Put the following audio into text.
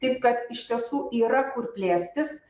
taip kad iš tiesų yra kur plėstis